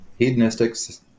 hedonistics